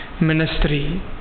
ministry